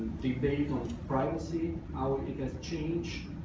debate on privacy, how it has changed,